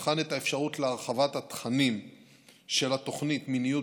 נבחן את האפשרות להרחבת התכנים של התוכנית "מיניות